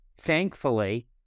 Thankfully